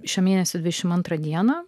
šio mėnesio dvidešimantrą dieną